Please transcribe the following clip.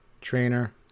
trainer